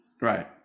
right